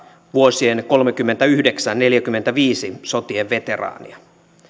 vuosien kolmekymmentäyhdeksän viiva neljäkymmentäviisi sotien veteraania